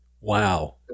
Wow